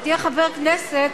ותהיה חבר כנסת,